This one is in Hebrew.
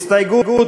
הסתייגות